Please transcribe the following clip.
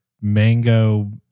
mango